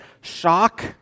shock